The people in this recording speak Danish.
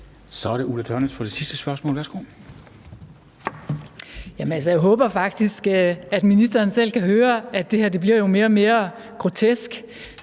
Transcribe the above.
Så er det Ulla Tørnæs for det sidste spørgsmål. Værsgo. Kl. 13:36 Ulla Tørnæs (V): Jeg håber faktisk, at ministeren selv kan høre, at det her jo bliver mere og mere grotesk.